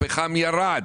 הפחם ירד,